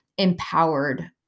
empowered